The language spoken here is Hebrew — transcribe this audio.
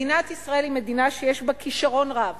מדינת ישראל היא מדינה שיש בה כשרון רב.